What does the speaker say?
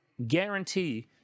guarantee